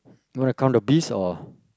wanna count the beast or